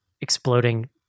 exploding